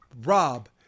rob